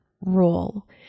role